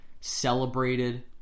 celebrated